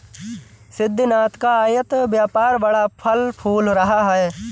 सिद्धिनाथ का आयत व्यापार बड़ा फल फूल रहा है